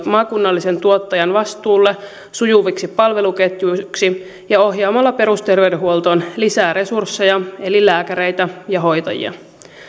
maakunnallisen tuottajan vastuulle sujuviksi palveluketjuiksi ja ohjaamalla perusterveydenhuoltoon lisää resursseja eli lääkäreitä ja hoitajia